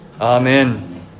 Amen